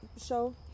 show